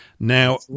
Now